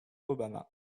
obama